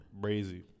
Brazy